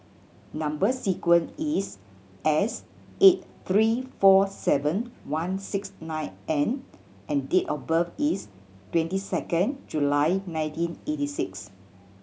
number sequence is S eight three four seven one six nine N and date of birth is twenty second July nineteen eighty six